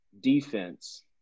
defense